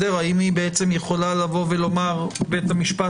האם היא יכולה לומר: בית המשפט,